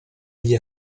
gli